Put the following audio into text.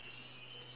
green